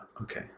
Okay